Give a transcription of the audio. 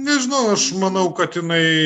nežinau aš manau kad jinai